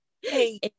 hey